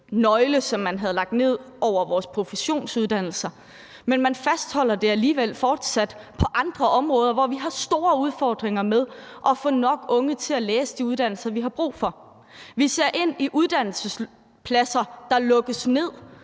nøgle, som man har lagt ned over vores professionsuddannelser; men man fastholder det alligevel fortsat på andre områder, hvor vi har store udfordringer med at få nok unge til at tage de uddannelser, vi har brug for. Vi ser ind i, at der er uddannelsespladser, der lukkes ned,